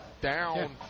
down